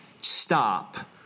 stop